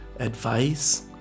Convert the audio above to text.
advice